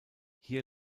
hier